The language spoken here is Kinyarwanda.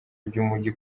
by’umujyi